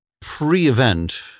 pre-event